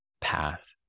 path